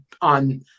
on